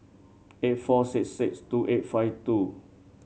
eight four six six two eight five two